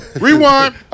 Rewind